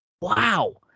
Wow